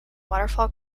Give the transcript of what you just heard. waterfall